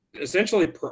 essentially